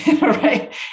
right